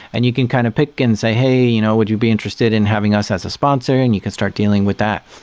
and you can kind of pick and say, hey, you know would you be interested in having us as a sponsor? and you can start dealing with that.